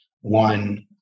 one